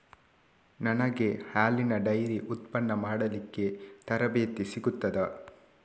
ನನಗೆ ಹಾಲಿನ ಡೈರಿ ಉತ್ಪನ್ನ ಮಾಡಲಿಕ್ಕೆ ತರಬೇತಿ ಸಿಗುತ್ತದಾ?